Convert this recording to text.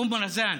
אום רזאן.